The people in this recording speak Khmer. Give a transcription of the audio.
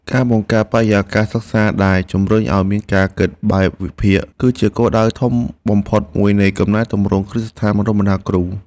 ការបង្កើតបរិយាកាសសិក្សាដែលជំរុញឱ្យមានការគិតបែបវិភាគគឺជាគោលដៅធំបំផុតមួយនៃកំណែទម្រង់គ្រឹះស្ថានបណ្តុះបណ្តាលគ្រូ។